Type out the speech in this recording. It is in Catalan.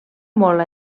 molt